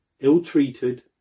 ill-treated